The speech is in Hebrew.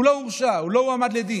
הוא לא הורשע, הוא לא הועמד לדין.